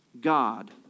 God